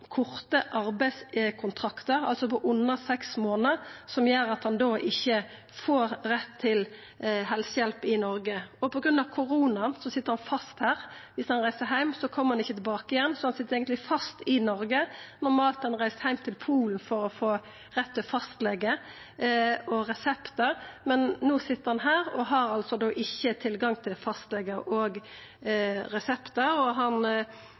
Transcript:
korte arbeidskontraktar, på under seks månader, som gjer at han ikkje får rett til helsehjelp i Noreg. På grunn av koronaen sit han fast her. Viss han reiser heim, kjem han seg ikkje tilbake igjen, så han sit eigentleg fast i Noreg. Normalt hadde han reist heim til Polen for å få rett til fastlege og reseptar, men no sit han her og har altså ikkje tilgang til fastlege og reseptar. Han fortel i avisa om ein ven av han